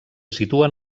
situen